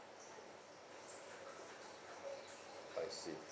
I see